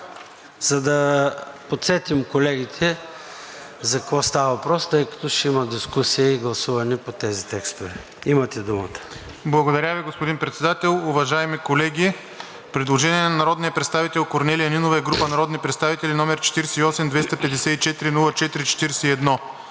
за да подсетим колегите за какво става въпрос, тъй като ще има дискусия и гласуване по тези текстове. Имате думата.